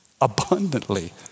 abundantly